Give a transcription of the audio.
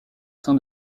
sein